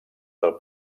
del